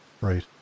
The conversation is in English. Right